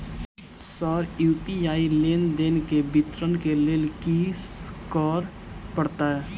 Sir UPI लेनदेन केँ विवरण केँ लेल की करऽ परतै?